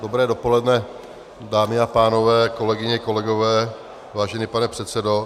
Dobré dopoledne, dámy a pánové, kolegyně, kolegové, vážený pane předsedo.